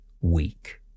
weak